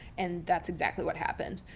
and that's exactly what happened.